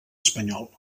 espanyol